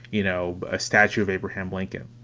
you know, a statue of abraham lincoln